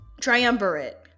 Triumvirate